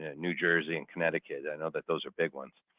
ah new jersey and connecticut. i know that those are big ones.